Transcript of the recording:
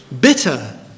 bitter